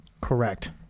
Correct